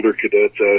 cadets